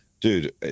dude